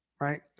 Right